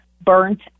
burnt